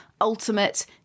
ultimate